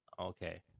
Okay